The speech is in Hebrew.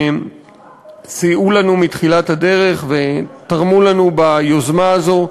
שסייעו לנו מתחילת הדרך ותרמו לנו ביוזמה הזאת.